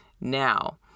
Now